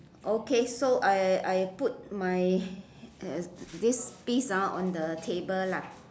okay so I I put my this piece ah on the table lah